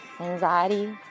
anxiety